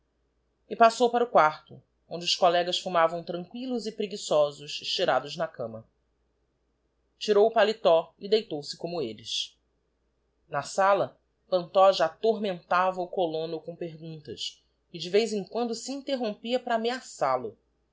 passou para o quarto onde os collegas fumavam tranquillos e preguiçosos estirados na cama tirou o paletot e deitou-se como elles na sala pantoja atormentava o colono com perguntas e de vez em quando se interrompia para ameaçal o